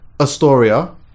astoria